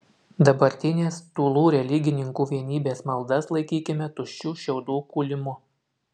dabartinės tūlų religininkų vienybės maldas laikykime tuščių šiaudų kūlimu